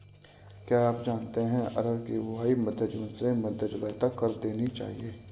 क्या आप जानते है अरहर की बोआई मध्य जून से मध्य जुलाई तक कर देनी चाहिये?